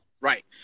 Right